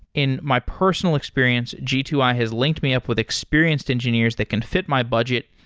in my personal experience, g two i has linked me up with experienced engineers that can fit my budget,